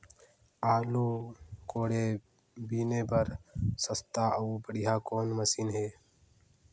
आलू कोड़े बीने बर सस्ता अउ बढ़िया कौन मशीन हे?